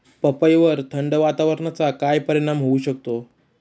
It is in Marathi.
पपईवर थंड वातावरणाचा काय परिणाम होऊ शकतो?